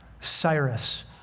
Cyrus